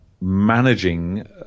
managing